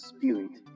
Spirit